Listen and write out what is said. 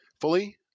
fully